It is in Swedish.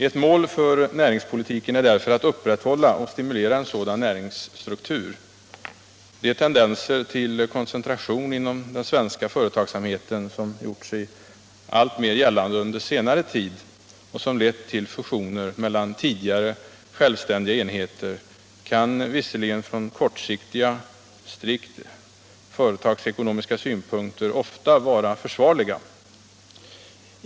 Ett mål för näringspolitiken är därför att upprätthålla och stimulera en sådan näringsstruktur. De tendenser till koncentration inom den svenska företagsamheten som gjort sig alltmer gällande under senare tid och som lett till fusioner mellan tidigare självständiga enheter kan visserligen från kortsiktiga, strikt företagsekonomiska synpunkter ofta vara försvarliga.